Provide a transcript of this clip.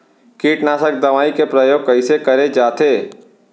कीटनाशक दवई के प्रयोग कइसे करे जाथे?